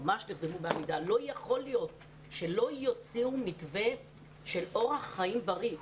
ממש נרדמו בעמידה כי לא יכול להיות שלא יוציא מתווה של אורח חיים בריא.